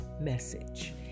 message